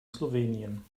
slowenien